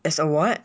as a what